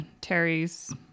Terry's